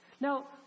Now